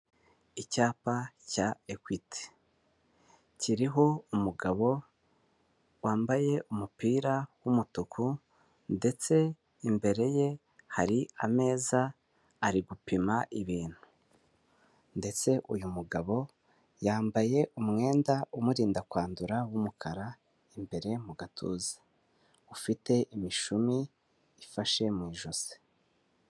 Icyapa cya Equity, kiriho umugabo wambaye umupira w'umutuku ndetse imbere ye hari ameza ari gupima ibintu, ndetse uyu mugabo yambaye umwenda umurinda kwandura w'umukara imbere mu gatuza, ufite imishumi ifashe mu ijosi.